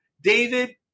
David